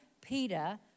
Peter